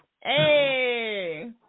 Hey